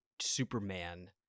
Superman